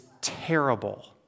terrible